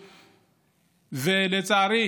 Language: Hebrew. ולצערי,